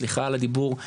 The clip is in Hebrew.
סליחה על הדיבור,